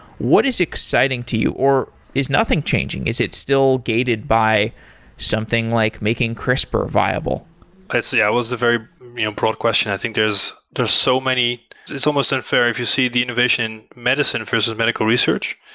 what is exciting to you, or is nothing changing? is it still gated by something like making crispr viable? let's see. that was a very broad question. i think there's there's so many it's almost unfair if you see the innovation medicine, versus medical research.